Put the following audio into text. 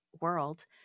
world